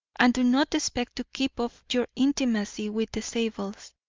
and do not expect to keep up your intimacy with the zabels.